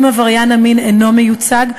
אם עבריין המין אינו מיוצג,